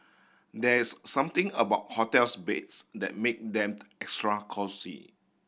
there is something about hotels beds that make them extra cosy